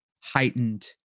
heightened